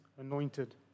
anointed